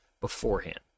beforehand